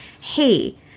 hey